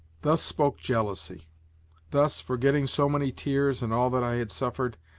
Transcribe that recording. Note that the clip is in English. thus spoke jealousy thus, forgetting so many tears and all that i had suffered,